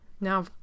Now